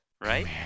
right